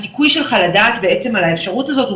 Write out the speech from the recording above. הסיכוי שלך לדעת בעצם על האפשרות הזאת הוא